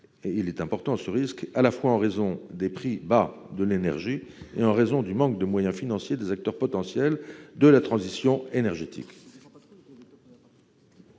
est important, en raison à la fois des prix bas de l'énergie et du manque de moyens financiers des acteurs potentiels de la transition énergétique.